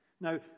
Now